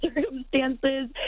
circumstances